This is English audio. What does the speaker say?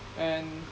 and